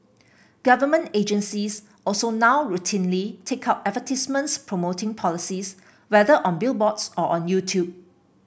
government agencies also now routinely take out advertisements promoting policies whether on billboards or on YouTube